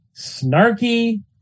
snarky